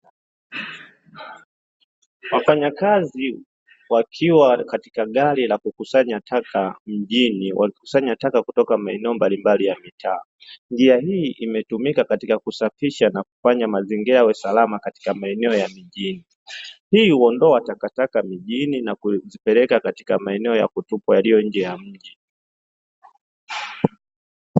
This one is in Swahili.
Wafanyakazi wakiwa katika gari la kukusanya taka mjini wakikusanya taka kutoka maeneo mbalimbali ya mitaa. Njia hii imetumika katika kusafisha na kufanya mazingira yawe salama katika maeneo ya mijini. Hii huondoa takataka mijini na kuzipeleka katika maeneo ya kutupwa yaliyo nje ya mji.